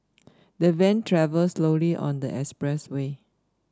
the van travelled slowly on the expressway